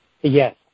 yes